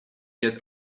get